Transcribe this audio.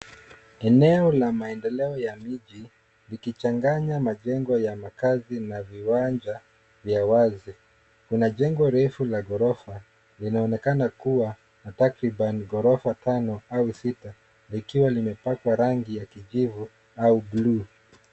Eneo la maendeleo ya miji ikichanganya majengo ya makazi na viwanja vya wazi. Kuna jengo refu la gorofa, linaonekana kuwa takriban ghorofa tano au sita, likiwa limepakwa rangi ya kijivu au buluu.